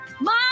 Mom